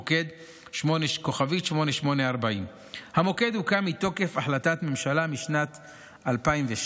מוקד 8840*. המוקד הוקם מתוקף החלטת ממשלה משנת 2007,